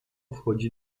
wchodzi